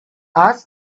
asked